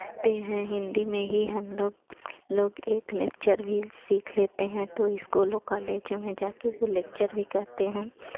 ते हैं हिन्दी में ही हम लोग लोग एक लेक्चर भी सीख लेते हैं तो इस्कूलों काॅलेजों में जाके वो लेक्चर भी कहते हैं